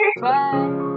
Bye